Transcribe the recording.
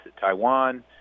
Taiwan